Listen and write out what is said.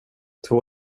två